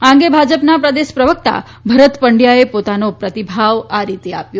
આ અંગે ભાજપના પ્રદેશ પ્રવકતા ભરત પંડયાએ પોતાનો પ્રતિભાવ આ રીતે આપ્યો